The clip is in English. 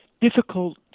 difficult